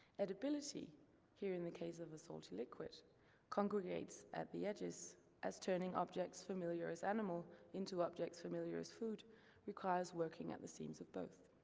edibility here in the case of the salty liquid congregates at the edges as turning objects familiar as animal into objects familiar as food requires working at the scenes of both,